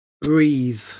Breathe